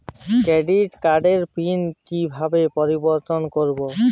Credit কার্ডের PIN কিভাবে পরিবর্তন করবো?